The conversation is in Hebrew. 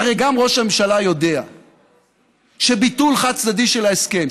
הרי גם ראש הממשלה יודע שביטול חד-צדדי של ההסכם,